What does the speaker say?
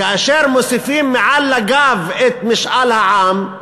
כאשר מוסיפים על הגב את משאל העם,